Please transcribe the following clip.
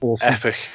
Epic